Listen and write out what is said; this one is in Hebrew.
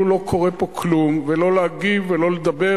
לא קורה פה כלום ולא להגיב ולא לדבר,